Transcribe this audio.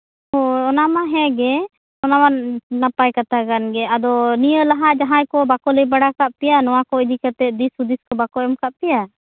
ᱦᱳᱭ ᱚᱱᱟ ᱢᱟ ᱦᱮᱸᱜᱮ ᱚᱱᱟ ᱢᱟ ᱱᱟᱯᱟᱭ ᱠᱟᱛᱷᱟ ᱠᱟᱱ ᱜᱮ ᱟᱫᱚ ᱱᱤᱭᱟᱹ ᱞᱟᱦᱟ ᱡᱟᱦᱟᱸᱭ ᱠᱚ ᱵᱟᱠᱚ ᱞᱟᱹᱭ ᱵᱟᱲᱟ ᱠᱟᱜ ᱯᱮᱭᱟ ᱱᱚᱣᱟ ᱠᱚ ᱤᱫᱤ ᱠᱟᱛᱮᱫ ᱫᱤᱥ ᱦᱩᱫᱤᱥ ᱵᱟᱠᱚ ᱮᱢ ᱟᱠᱟᱫ ᱯᱮᱭᱟ